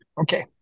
Okay